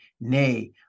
nay